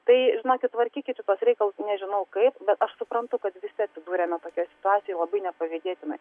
tai žinokit tvarkykit šituos reikalus nežinau kaip bet aš suprantu kad visi atsidūrėme tokioj situacijoj labai nepavydėtinoj